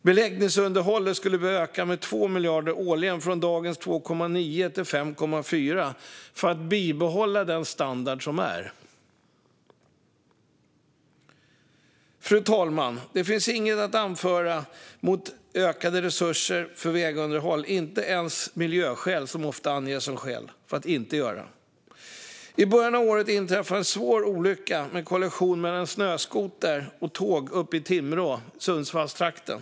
Beläggningsunderhållet skulle behöva öka med 2 miljarder årligen från dagens 2,9 till 5,4 för att bibehålla den standard som finns. Fru talman! Det finns inget att anföra mot ökade resurser för vägunderhåll, inte ens miljöskäl. Ofta anger man ändå miljöskäl för att inte öka resurserna. I början av året inträffade en svår olycka, en kollision mellan en snöskoter och ett tåg, uppe i Timrå i Sundsvallstrakten.